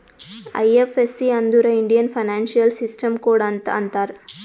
IFSC ಅಂದುರ್ Indian financial system code ಅಂತ್ ಅಂತಾರ್